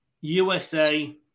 USA